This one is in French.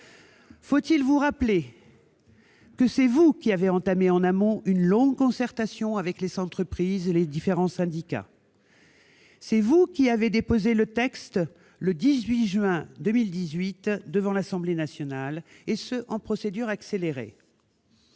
Faut-il vous rappeler que c'est vous qui avez entamé en amont une longue concertation avec les entreprises et les différents syndicats, que c'est vous qui avez déposé, le 19 juin 2018, le texte devant l'Assemblée nationale, et ce en procédure accélérée